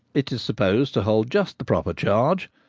it is supposed to hold just the proper charge,